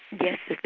yes,